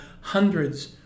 hundreds